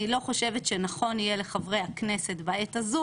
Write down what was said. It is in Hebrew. אני לא חושבת שנכון יהיה לחברי הכנסת בעת הזו